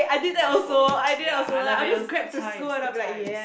wonderful ya I love it it was good times good times